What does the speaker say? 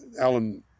alan